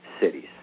cities